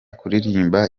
kuririmba